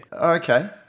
Okay